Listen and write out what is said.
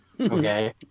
Okay